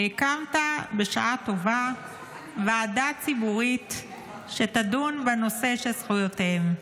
הקמת בשעה טובה ועדה ציבורית שתדון בנושא של זכויותיהם: